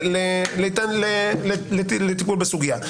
לטיפול בסוגיה.